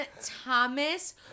Thomas